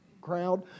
crowd